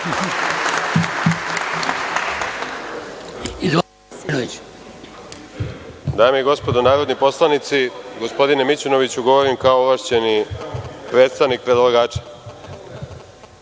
Dame i gospodo narodni poslanici, gospodine Mićunoviću, govorim kao ovlašćeni predstavnik predlagača. Pre